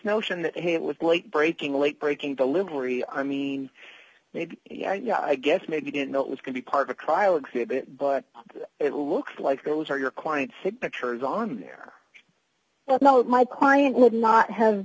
notion that hey it was late breaking late breaking the livery i mean yeah i guess maybe didn't know it was going to be part of a trial exhibit but it looks like those are your client signatures on there but no my client would not have